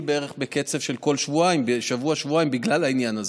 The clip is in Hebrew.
בערך בקצב של כל שבוע-שבועיים בגלל העניין הזה,